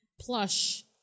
plush